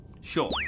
Sure